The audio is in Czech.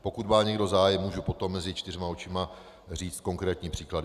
Pokud má někdo zájem, můžu potom mezi čtyřma očima říci konkrétní příklady.